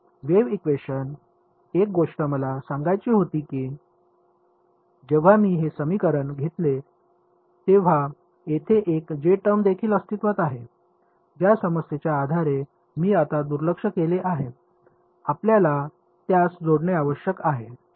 wave equation एक गोष्ट मला सांगायची होती की जेव्हा मी हे समीकरण येथे घेतले तेव्हा येथे एक जे टर्म देखील अस्तित्वात आहे ज्या समस्येच्या आधारे मी आता दुर्लक्ष केले आहे आपल्याला त्यास जोडणे आवश्यक आहे ठीक